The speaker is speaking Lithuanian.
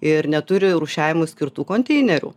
ir neturi rūšiavimui skirtų konteinerių